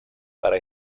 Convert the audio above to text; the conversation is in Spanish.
para